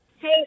Hey